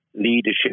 leadership